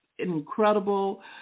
incredible